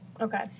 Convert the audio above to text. Okay